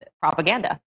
propaganda